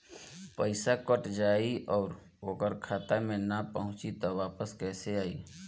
पईसा कट जाई और ओकर खाता मे ना पहुंची त वापस कैसे आई?